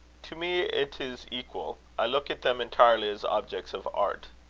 to me it is equal. i look at them entirely as objects of art.